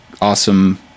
awesome